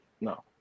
No